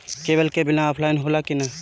Cable के bill offline होला कि ना?